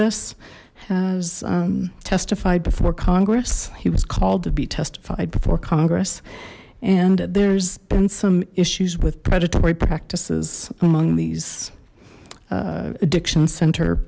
this has testified before congress he was called to be testified before congress and there's been some issues with predatory practices among these addiction cent